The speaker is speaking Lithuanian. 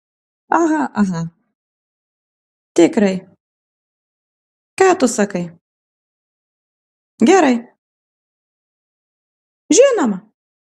aha aha tikrai ką tu sakai gerai žinoma